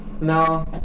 No